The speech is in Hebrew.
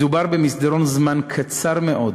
מדובר במסדרון זמן קצר מאוד